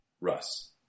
Russ